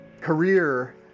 career